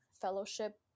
fellowship